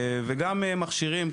גם מכשירים,